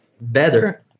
better